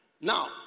Now